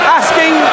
asking